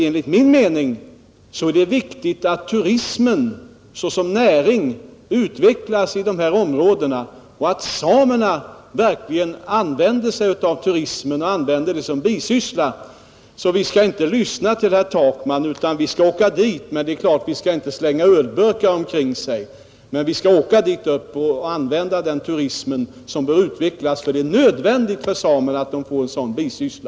Enligt min mening är det viktigt att turismen såsom näring utvecklas i de här områdena och att samerna verkligen använder turistnäringen som bisyssla. Vi skall alltså inte lyssna till herr Takman, utan vi skall åka dit — men det är klart: vi skall inte slänga ölburkar omkring oss — och bidra till att utveckla turismen. Det är nödvändigt för samerna att få en sådan bisyssla.